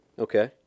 Okay